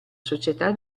società